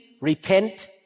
repent